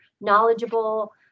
knowledgeable